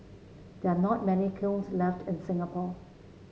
there are not many kilns left in Singapore